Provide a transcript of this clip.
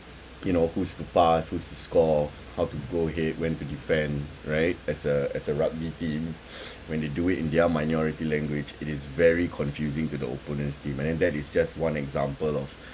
you know who's to pass who's to score how to go ahead when to defend right as a as a rugby team when they do it in their minority language it is very confusing to the opponents team and then that is just one example of